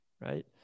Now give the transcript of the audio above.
right